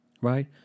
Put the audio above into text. right